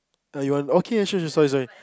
I you want okay ya sure sure sorry sorry